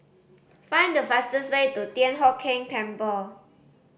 find the fastest way to Thian Hock Keng Temple